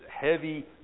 heavy